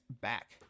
back